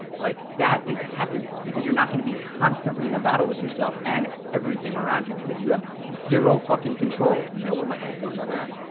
like that is happiness, because you're not gonna be constantly in a battle with yourself and everything around you, because you have zero fuckin' control. you know where my head goes on that?